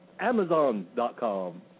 Amazon.com